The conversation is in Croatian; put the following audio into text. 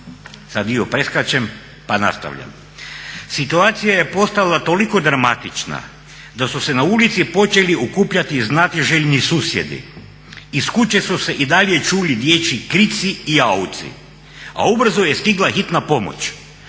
Sad dio preskačem pa nastavljam. "Situacija je postala toliko dramatična da su se na ulici počeli okupljati znatiželjni susjedi. Iz kuće su se i dalje čuli dječji krici i jauci, a ubrzo je stigla Hitna pomoć.